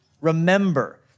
Remember